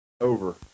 Over